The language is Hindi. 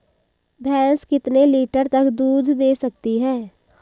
भैंस कितने लीटर तक दूध दे सकती है?